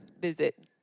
visit